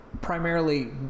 primarily